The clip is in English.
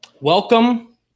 Welcome